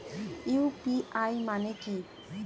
UPI মানে কি?